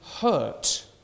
hurt